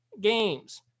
games